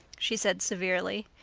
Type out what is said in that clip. she said severely.